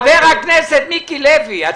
חבר הכנסת מיקי לוי,